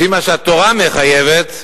לפי מה שהתורה מחייבת,